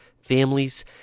families